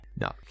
No